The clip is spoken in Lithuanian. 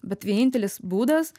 bet vienintelis būdas